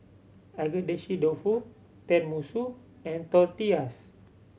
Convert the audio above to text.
Agedashi Dofu Tenmusu and Tortillas